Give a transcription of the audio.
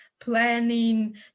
planning